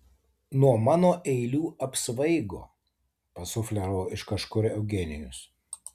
nuo mano eilių apsvaigo pasufleravo iš kažkur eugenijus